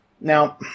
Now